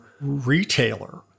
retailer